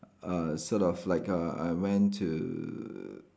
uh sort of like uh I went to